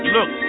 Look